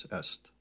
est